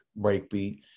breakbeat